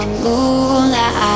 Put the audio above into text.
moonlight